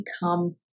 become